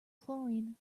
chlorine